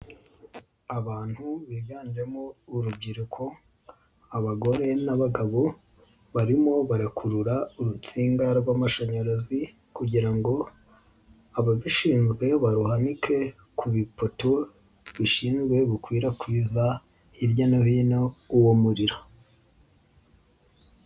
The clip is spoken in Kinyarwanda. Abantu biganjemo urubyiruko, abagore n'abagabo barimo barekurura urutsinga rw'amashanyarazi kugira ngo ababishinzwe baruhanike ku bipoto bishinzwe gukwirakwiza hirya no hino uwo muriro.